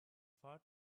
far